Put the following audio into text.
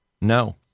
No